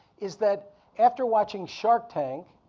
is that after watching shark tank,